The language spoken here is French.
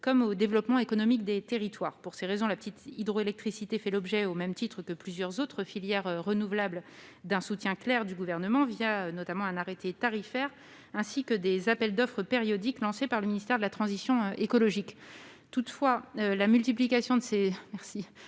comme au développement économique des territoires. Pour ces raisons, la petite hydroélectricité fait l'objet, au même titre que plusieurs autres filières d'énergie renouvelable, d'un soutien clair du Gouvernement à la fois un arrêté tarifaire et des appels d'offres périodiques lancés par le ministère de la transition écologique. Toutefois, la multiplication de ces